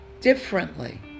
differently